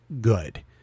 good